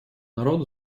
народа